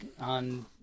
on